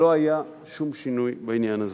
ולא היה שום שינוי בעניין הזה.